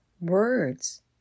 Words